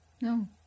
No